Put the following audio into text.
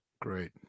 Great